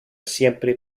siempre